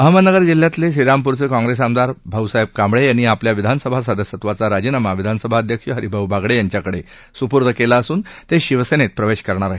अहमदनगर जिल्ह्यातले श्रीरामपूरचे काँप्रेस आमदार भाऊसाहेब कांबळे यांनी आपल्या विधानसभा सदस्यत्वाचा राजीनामा विधानसभा अध्यक्ष हरिभाऊ बागडे यांच्याकडे सुपूर्द केला असून ते शिवसेनेत प्रवेश करणार आहेत